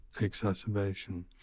exacerbation